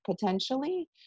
potentially